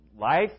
life